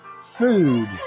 food